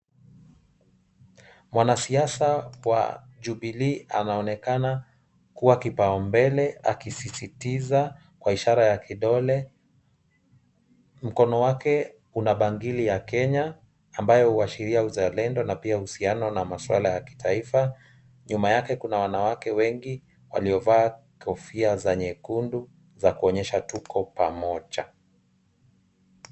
Wanasiasa wa Jubilee anaonekana kuwa kipaumbele akisisitiza kwa ishara ya kidole. Mkono wake una bangili ya Kenya ambayo huashiria uzalendo na pia uhusiano na masuala ya kitaifa. Nyuma yake kuna wanawake wengi waliovaa kofia za nyekundu za kuonyesha tuko pamoja.